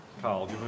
Carl